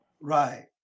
Right